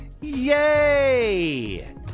Yay